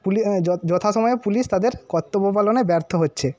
যথাসময়ে পুলিশ তাদের কর্তব্য পালনে ব্যর্থ হচ্ছে